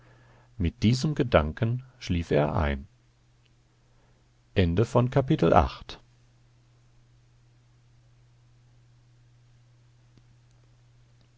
mit diesem gedanken schlief er ein